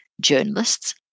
journalists